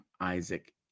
Isaac